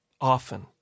often